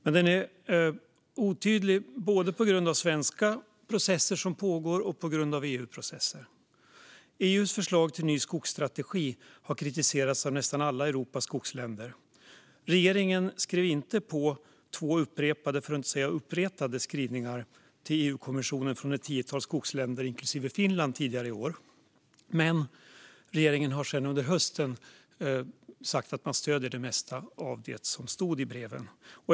Politiken är otydlig både på grund av svenska processer som pågår och på grund av EU-processer. EU:s förslag till ny skogsstrategi har kritiserats av nästan alla Europas skogsländer. Regeringen skrev inte under två upprepade - för att inte säga uppretade - skrivningar till EU-kommissionen från ett tiotal skogsländer inklusive Finland tidigare i år. Men regeringen har sedan under hösten sagt att man stöder det mesta av det som stod i breven.